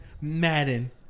Madden